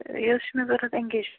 یہِ حظ چھِ مےٚ ضروٗرت اینگیج